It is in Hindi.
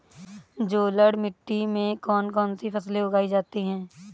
जलोढ़ मिट्टी में कौन कौन सी फसलें उगाई जाती हैं?